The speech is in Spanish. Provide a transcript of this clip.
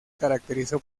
caracterizó